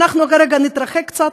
אנחנו כרגע נתרחק קצת,